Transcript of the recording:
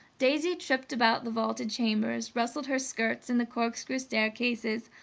daisy tripped about the vaulted chambers, rustled her skirts in the corkscrew staircases,